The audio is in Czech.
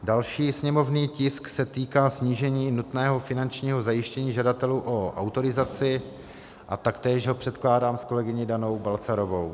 Další sněmovní tisk se týká snížení nutného finančního zajištění žadatelů o autorizaci a taktéž ho předkládám s kolegyní Danou Balcarovou.